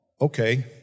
Okay